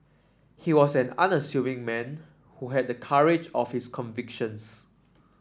he was an unassuming man who had the courage of his convictions